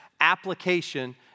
application